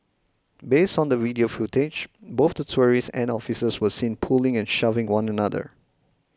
based on the video footage both the tourists and officers were seen pulling and shoving one another